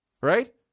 Right